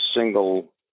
single